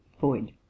void